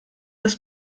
das